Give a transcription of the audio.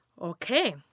okay